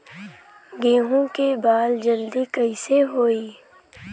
गेहूँ के बाल जल्दी कईसे होई?